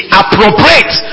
appropriate